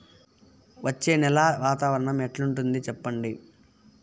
వచ్చే నెల వాతావరణం ఎట్లుంటుంది చెప్పండి?